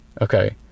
okay